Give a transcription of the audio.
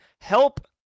help